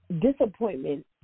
disappointment